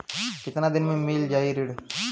कितना दिन में मील जाई ऋण?